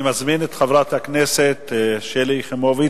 אני מזמין את חברת הכנסת שלי יחימוביץ.